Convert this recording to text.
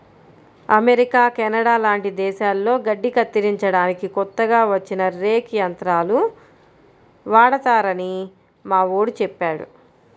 America, Canada లాంటి దేశాల్లో గడ్డి కత్తిరించడానికి కొత్తగా వచ్చిన రేక్ యంత్రాలు వాడతారని మావోడు చెప్పాడు